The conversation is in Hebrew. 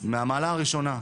מהמעלה הראשונה.